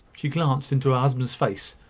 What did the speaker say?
she glanced into her husband's face,